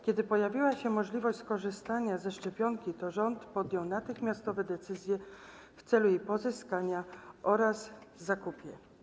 Kiedy pojawiła się możliwość skorzystania ze szczepionki, to rząd podjął natychmiastowe decyzje w celu jej pozyskania oraz zakupu.